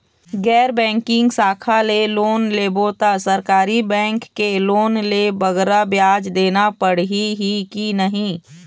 गैर बैंकिंग शाखा ले लोन लेबो ता सरकारी बैंक के लोन ले बगरा ब्याज देना पड़ही ही कि नहीं?